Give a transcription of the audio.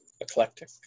Eclectic